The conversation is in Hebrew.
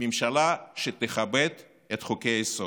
ממשלה שתכבד את חוקי-היסוד.